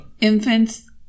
Infants